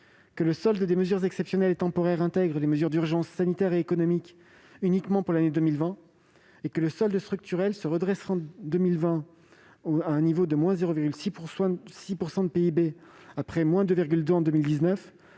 Le solde des mesures exceptionnelles et temporaires intègre les mesures d'urgence sanitaire et économique uniquement pour l'année 2020, et le solde structurel se redresse en 2020 à un niveau de-0,6 % de PIB, après s'être situé à-0,2 % en 2019,